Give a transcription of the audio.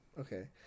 okay